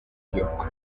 york